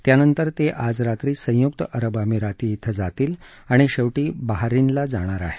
त्यानंतर ते आज रात्री संयुक्त अरब अमिराती क्विं जातील आणि शेवटी बहरिनला जाणार आहेत